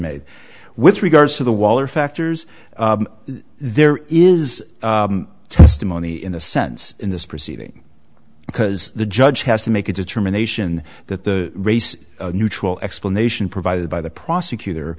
made with regards to the wall or factors there is testimony in the sense in this proceeding because the judge has to make a determination that the race neutral explanation provided by the prosecutor